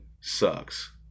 sucks